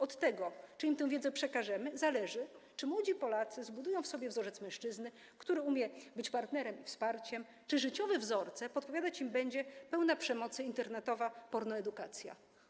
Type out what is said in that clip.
Od tego, czy im tę wiedzę przekażemy, zależy, czy młodzi Polacy zbudują w sobie wzorzec mężczyzny, który umie być partnerem i wsparciem, czy życiowe wzorce podpowiadać im będzie pełna przemocy internetowa pornoedukacja.